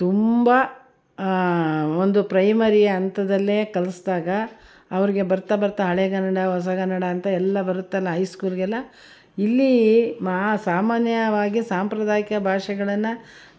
ತುಂಬ ಒಂದು ಪ್ರೈಮರಿ ಅಂಥದ್ರಲ್ಲೇ ಕಲಿಸ್ದಾಗ ಅವ್ರಿಗೆ ಬರ್ತಾ ಬರ್ತಾ ಹಳೆಗನ್ನಡ ಹೊಸಗನ್ನಡ ಅಂತ ಎಲ್ಲ ಬರುತ್ತಲ್ಲ ಹೈಸ್ಕೂಲ್ಗೆಲ್ಲ ಇಲ್ಲಿ ಮಾ ಸಾಮಾನ್ಯವಾಗಿ ಸಾಂಪ್ರದಾಯಿಕ ಭಾಷೆಗಳನ್ನ ನಾವು